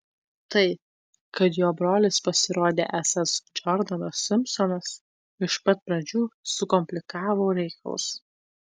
tai kad jo brolis pasirodė esąs džordanas simpsonas iš pat pradžių sukomplikavo reikalus